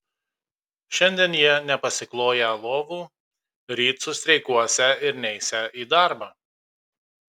šiandien jie nepasikloją lovų ryt sustreikuosią ir neisią į darbą